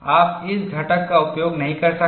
आप इस घटक का उपयोग नहीं कर सकते